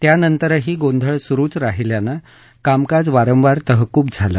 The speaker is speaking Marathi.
त्यानंतरही गोंधळ सुरुच रहिल्यानं कामकाज वारंवार तहकुब झालं